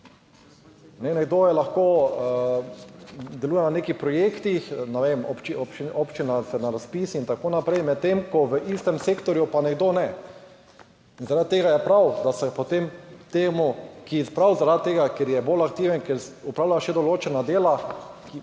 Nekdo lahko deluje na nekih projektih, ne vem, občina na razpisih in tako naprej, medtem ko v istem sektorju pa nekdo ne, in zaradi tega je prav, da se potem temu, ki prav zaradi tega, ker je bolj aktiven, ker opravlja še določena dela,